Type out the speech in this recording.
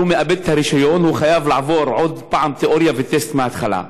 הוא מאבד את הרישיון וחייב לעבור שוב תיאוריה וטסט מההתחלה.